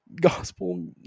gospel